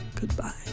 Goodbye